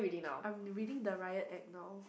I'm reading the Riot Act now